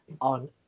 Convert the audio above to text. on